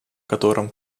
котором